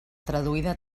traduïda